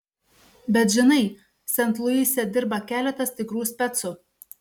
bet žinai sent luise dirba keletas tikrų specų